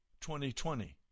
2020